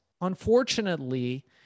Unfortunately